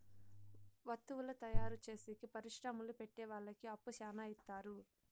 వత్తువుల తయారు చేసేకి పరిశ్రమలు పెట్టె వాళ్ళకి అప్పు శ్యానా ఇత్తారు